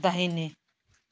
दाहिने